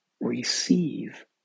receive